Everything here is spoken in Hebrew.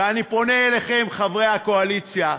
ואני פונה אליכם, חברי הקואליציה: